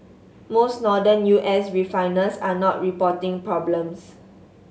most Northern U S refiners are not reporting problems